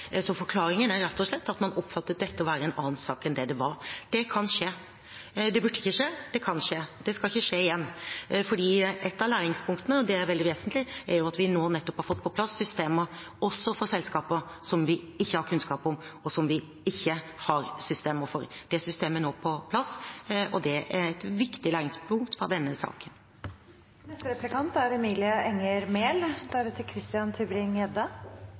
rett og slett at man oppfattet dette som å være en annen sak enn det det var. Det kan skje. Det burde ikke skje, men det kan skje. Det skal ikke skje igjen, for et av læringspunktene – og det er veldig vesentlig – er jo at vi nå nettopp har fått på plass systemer også for selskaper som vi ikke har kunnskap om, og som vi ikke hadde systemer for. Det systemet er nå på plass, og det er et viktig læringspunkt fra denne saken.